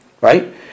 right